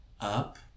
up